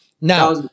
Now